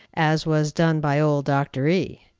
as was done by old dr. e.